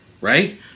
right